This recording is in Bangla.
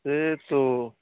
সে তো